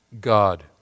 God